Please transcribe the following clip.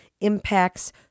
impacts